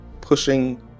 pushing